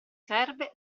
serve